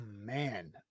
Man